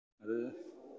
അത്